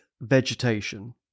vegetation